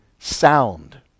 Sound